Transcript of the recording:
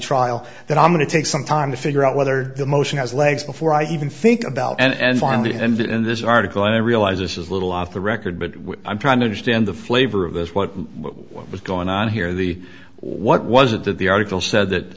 trial that i'm going to take some time to figure out whether the motion has legs before i even think about and finally and in this article i realise this is a little off the record but i'm trying to understand the flavor of this what what was going on here the what was it that the article said that